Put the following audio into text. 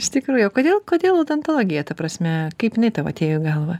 iš tikrųjų o kodėl kodėl odontologija ta prasme kaip jinai tau atėjo į galvą